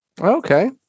Okay